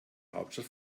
hauptstadt